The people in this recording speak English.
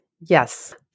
Yes